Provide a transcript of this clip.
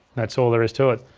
that's all there is to it.